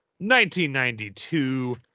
1992